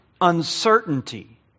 uncertainty